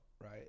right